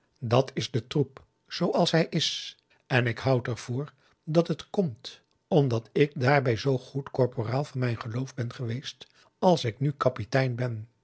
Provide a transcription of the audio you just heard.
dat is de troep zooals hij is en ik houd er voor dat het komt omdat ik daarbij zoo goed korporaal van mijn geloof ben geweest als ik nu kapitein ben